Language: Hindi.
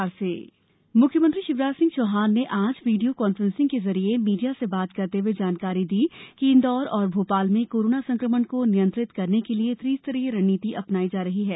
सीएम कोरोना मुख्यमंत्री शिवराज सिंह चौहान ने आज वीडियो कान्फ्रेंसिंग के जरिए मीडिया से बात करते हए जानकारी दी कि इंदौर और भोपाल में कोरोना संकमण को नियंत्रित करने के लिए त्रिस्तरीय रणनीति अपनाई जा रही है